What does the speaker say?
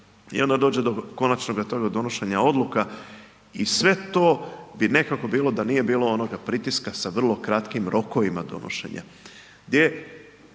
i onda dođe do konačnoga toga donošenja odluka i sve to bi nekako bilo da nije bilo onoga pritiska sa vrlo kratkim rokovima donošenja,